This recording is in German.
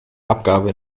abgabe